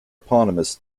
eponymous